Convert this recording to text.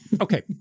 Okay